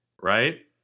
right